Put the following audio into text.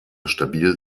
stabil